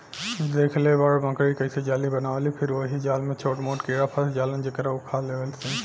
देखेल बड़ मकड़ी कइसे जाली बनावेलि फिर ओहि जाल में छोट मोट कीड़ा फस जालन जेकरा उ खा लेवेलिसन